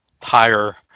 higher